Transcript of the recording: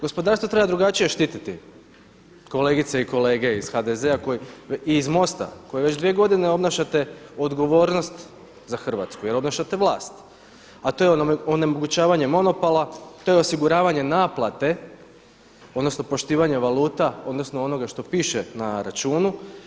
Gospodarstvo treba drugačije štititi kolegice i kolege iz HDZ-a i iz MOST-a koji već dvije godine obnašate odgovornost za Hrvatsku jer obnašate vlast, a to je onemogućavanje monopola, to je osiguravanje naplate odnosno poštivanje valuta odnosno onoga što piše na računu.